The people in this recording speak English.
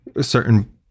certain